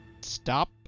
stop